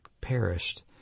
perished